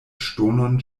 ŝtonon